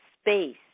space